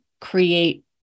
create